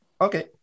Okay